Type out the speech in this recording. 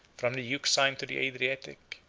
from the euxine to the adriatic,